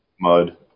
Mud